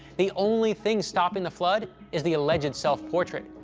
the only thing stopping the flood is the alleged self-portrait.